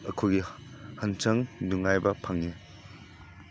ꯑꯩꯈꯣꯏꯒꯤ ꯍꯛꯆꯥꯡ ꯅꯨꯡꯉꯥꯏꯕ ꯐꯪꯉꯤ